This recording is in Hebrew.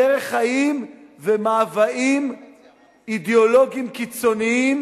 דרך חיים ומאוויים אידיאולוגיים קיצוניים